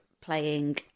playing